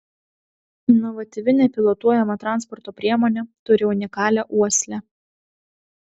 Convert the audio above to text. inovatyvi nepilotuojama transporto priemonė turi unikalią uoslę